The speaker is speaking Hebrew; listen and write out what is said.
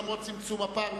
למרות צמצום הפער,